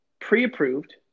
pre-approved